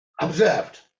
observed